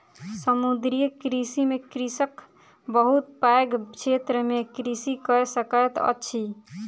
समुद्रीय कृषि में कृषक बहुत पैघ क्षेत्र में कृषि कय सकैत अछि